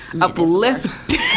Uplift